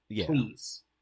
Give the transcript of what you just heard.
please